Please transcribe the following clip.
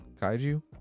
Kaiju